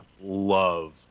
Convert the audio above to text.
love